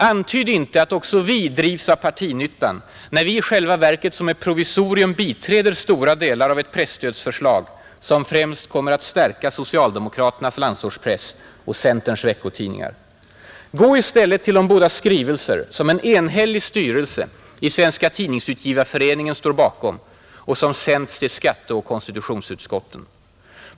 Antyd inte att också vi drivs av partinyttan, när vi i själva verket som ett provisorium biträder stora delar av ett presstödsförslag, som främst kommer att stärka socialdemokrater nas landsortspress och centerns veckotidningar. Gå i stället till de båda skrivelser som en enhällig styrelse i Svenska tidningsutgivareföreningen står bakom och som sänts till skatteoch konstitutionsutskotten.